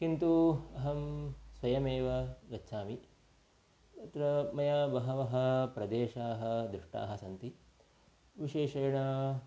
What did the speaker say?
किन्तु अहं स्वयमेव गच्छामि तत्र मया बहवः प्रदेशाः दृष्टाः सन्ति विशेषेण